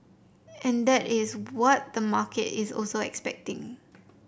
and that is what the market is also expecting